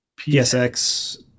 PSX